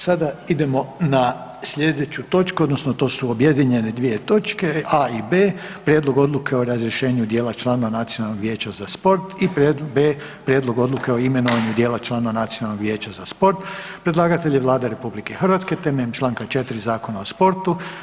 Sada idemo na slijedeću točku odnosno to su objedinjene dvije točke a) i b): a) Prijedlog Odluke o razrješenju dijela članova Nacionalnog vijeća za sport i a) Prijedlog Odluke o imenovanju dijela članova Nacionalnog vijeća za sport Predlagatelj je Vlada RH temeljem Članka 4. Zakona o sportu.